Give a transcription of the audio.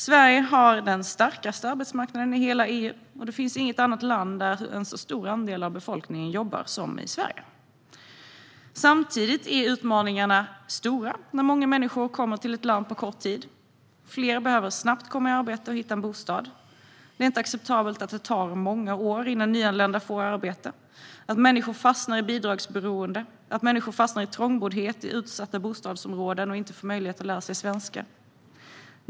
Sverige har den starkaste arbetsmarknaden i hela EU, och det finns inget annat land där en så stor andel av befolkningen jobbar som i Sverige. Samtidigt är utmaningarna stora när många människor kommer till ett land på kort tid. Fler behöver snabbt komma i arbete och hitta en bostad. Det är inte acceptabelt att det tar många år innan nyanlända får arbete, att människor fastnar i bidragsberoende, att människor fastnar i trångboddhet i utsatta bostadsområden och inte får möjlighet att lära sig svenska.